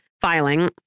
filing